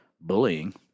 bullying